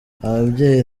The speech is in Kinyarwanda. ababyeyi